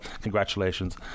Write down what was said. Congratulations